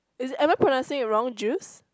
is am I pronouncing it wrong Jews